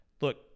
look